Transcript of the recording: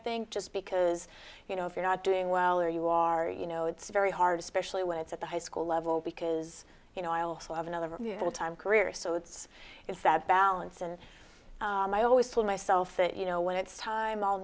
think just because you know if you're not doing well or you are you know it's very hard especially when it's at the high school level because you know i also have another mutual time career so it's it's that balance and i always tell myself that you know when it's time